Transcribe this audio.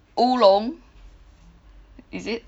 乌龙 is it